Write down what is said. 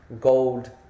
gold